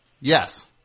Yes